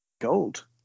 Gold